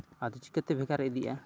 ᱟᱨ ᱪᱤᱠᱟᱹᱛᱮ ᱵᱷᱮᱜᱟᱨ ᱤᱫᱤᱜᱼᱟ